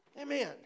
Amen